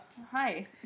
Hi